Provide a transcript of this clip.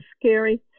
scary